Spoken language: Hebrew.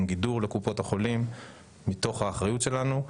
גידור לקופות החולים מתוך האחריות שלנו,